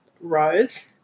rose